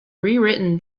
rewritten